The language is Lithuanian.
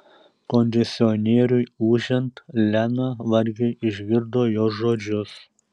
kondicionieriui ūžiant lena vargiai išgirdo jo žodžius